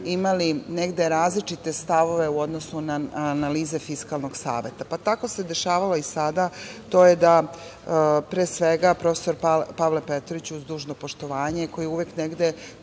imali različite stavove u odnosu na analize Fiskalnog saveta, pa se tako dešavalo i sada, a to je da, pre svega, profesor Pavle Petrović, uz dužno poštovanje, koji uvek negde